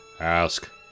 Ask